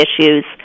issues